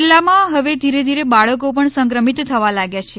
જિલ્લામાં હવે ધીરે ધીરે બાળકો પણ સંક્રમિત થવા લાગ્યાં છે